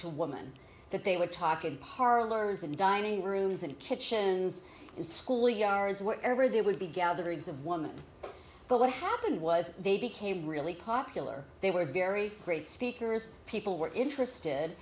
to a woman that they would talk and parlors and dining rooms and kitchens and schoolyards wherever there would be gatherings of woman but what happened was they became really popular they were very great speakers people were interested